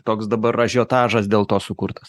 toks dabar ažiotažas dėl to sukurtas